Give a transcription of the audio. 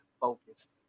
focused